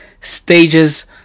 stages